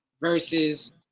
versus